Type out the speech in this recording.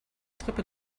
treppe